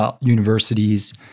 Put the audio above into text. universities